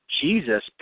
Jesus